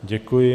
Děkuji.